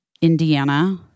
Indiana